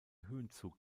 höhenzug